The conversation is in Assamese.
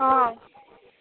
অঁ